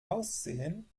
aussehen